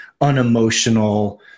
unemotional